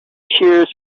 cheers